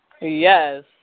Yes